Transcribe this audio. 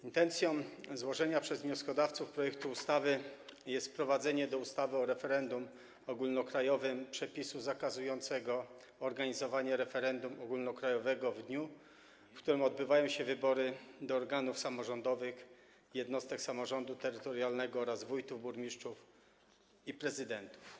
Intencją złożenia przez wnioskodawców projektu ustawy jest wprowadzenie do ustawy o referendum ogólnokrajowym przepisu zakazującego organizowania referendum ogólnokrajowego w dniu, w którym odbywają się wybory do organów samorządowych jednostek samorządu terytorialnego oraz wójtów, burmistrzów i prezydentów.